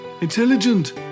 intelligent